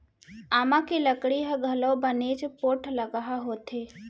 आमा के लकड़ी ह घलौ बनेच पोठलगहा होथे